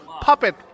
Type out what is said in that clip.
puppet